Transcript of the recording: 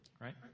right